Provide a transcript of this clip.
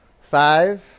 Five